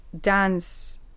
dance